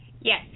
Yes